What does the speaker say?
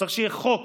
צריך שיהיה חוק